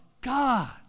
God